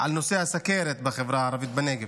על נושא הסוכרת בחברה הערבית בנגב,